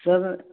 sir